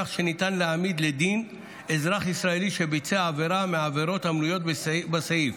כך שניתן להעמיד לדין אזרח ישראלי שביצע עבירה מהעבירות המנויות בסעיף,